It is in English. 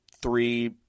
three